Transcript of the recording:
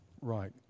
Right